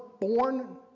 born